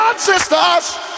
Sisters